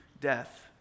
death